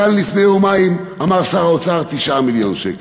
כאן לפני יומיים אמר שר האוצר: 9 מיליון שקלים.